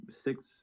six